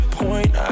point